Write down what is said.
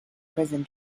prison